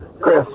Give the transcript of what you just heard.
chris